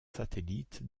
satellite